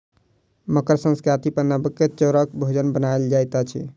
मकर संक्रांति पर नबका चौरक भोजन बनायल जाइत अछि